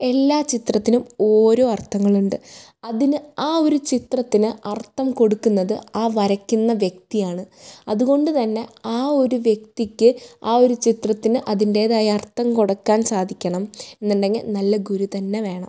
എല്ലാ ചിത്രത്തിനും ഓരോ അർത്ഥങ്ങളുണ്ട് അതിന് ആ ഒരു ചിത്രത്തിന് അർഥം കൊടുക്കുന്നത് ആ വരയ്ക്കുന്ന വ്യക്തിയാണ് അത്കൊണ്ട് തന്നെ ആ ഒരു വ്യക്തിക്ക് ആ ഒരു ചിത്രത്തിന് അതിൻറ്റേതായ അർത്ഥം കൊടുക്കാൻ സാധിക്കണം എന്നൊണ്ടെങ്കിൽ നല്ല ഗുരുതന്നെ വേണം